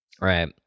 Right